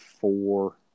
four